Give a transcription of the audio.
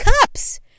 cups